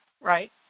right